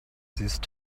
these